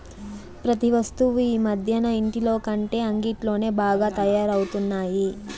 ప్రతి వస్తువు ఈ మధ్యన ఇంటిలోకంటే అంగిట్లోనే బాగా తయారవుతున్నాయి